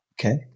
okay